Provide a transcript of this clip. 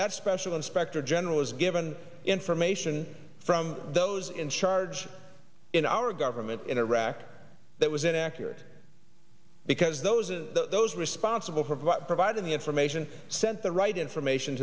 that special inspector general was given information from those in charge in our government in iraq that was inaccurate because those those responsible for providing the information sent the right information